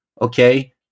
okay